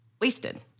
wasted